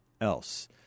else